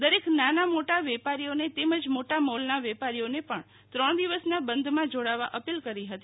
દરેક નાના મોટા વેપારીઓને તેમજ મોટા મોલના વેપારીઓને ત્રણ દિવસ ના બંધમાં જોડવા અપીલ કરી હતી